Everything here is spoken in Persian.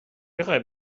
میخای